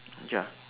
ya